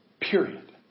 Period